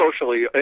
Socially